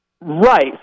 Right